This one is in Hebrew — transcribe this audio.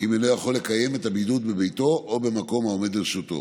אם אינו יכול לקיים את הבידוד בביתו או במקום העומד לרשותו.